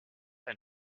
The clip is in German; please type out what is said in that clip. ein